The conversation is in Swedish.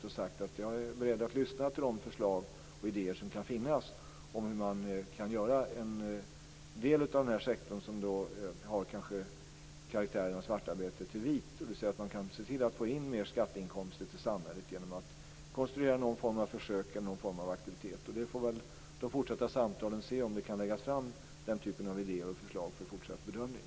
Jag har sagt att jag är beredd att lyssna till de förslag och idéer som kan finnas om hur man kan göra en del av den här sektorn, som kanske har karaktären av svartarbete, vit. Då kan man se till att få in mer skatteinkomster till samhället genom att konstruera någon form av försök eller aktivitet. Vi får väl se i de fortsatta samtalen om den typen av idéer och förslag kan läggas fram för en fortsatt bedömning.